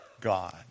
God